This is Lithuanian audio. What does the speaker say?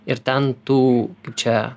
ir ten tų čia